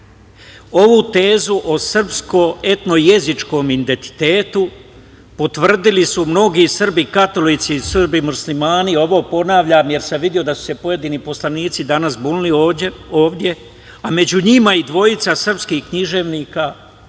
Ovu tezu o srpsko etno-jezičkom identitetu potvrdili su mnogi Srbi katolici, Srbi muslimani, ovo ponavljam, jer sam video da su se pojedini poslanici danas bunili ovde, a među njima i dvojica srpskih književnika,